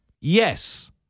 Yes